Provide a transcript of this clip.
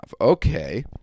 Okay